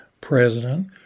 president